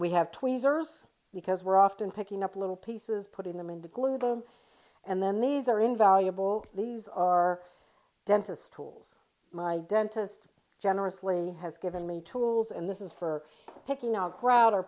we have tweezers because we're often picking up little pieces putting them in to glue them and then these are invaluable these are dentist tools my dentist generously has given me tools and this is for picking out a crowd